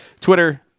Twitter